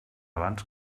abans